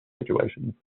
situations